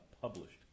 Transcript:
published